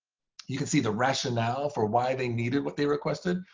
you can see the rationale for why they needed what they requested,